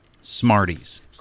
Smarties